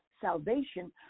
salvation